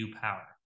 power